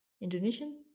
Indonesian